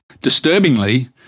Disturbingly